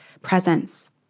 presence